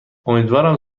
امیدوارم